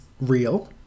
real